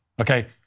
Okay